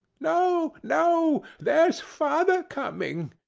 no, no! there's father coming,